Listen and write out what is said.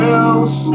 else